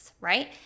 right